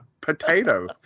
potato